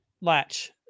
latch